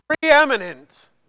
preeminent